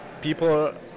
people